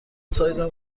سایزم